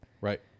Right